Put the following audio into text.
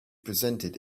presented